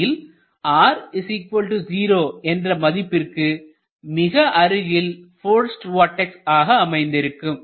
உண்மையில் r 0 என்ற மதிப்பிற்கு மிக அருகில் போர்ஸ்ட் வார்டெக்ஸ் ஆக அமைந்திருக்கும்